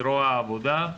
זרוע העבודה,